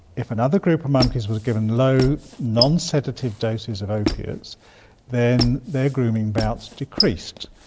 if another group of monkeys were given low non-sedative doses of opiates then their grooming bouts decreased.